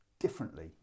differently